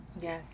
Yes